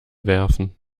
werfen